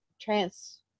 trans